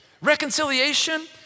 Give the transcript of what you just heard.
Reconciliation